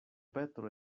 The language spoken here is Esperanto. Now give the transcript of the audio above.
petro